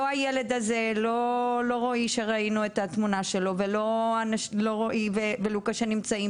לא רועי שראינו את התמונה שלו ולא רועי ולוקה שנמצאים